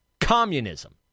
communism